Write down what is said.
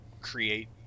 create